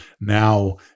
Now